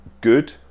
good